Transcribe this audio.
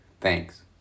Thanks